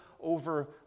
over